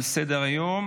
בעד ארבעה,